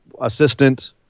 assistant